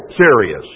serious